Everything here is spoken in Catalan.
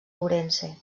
ourense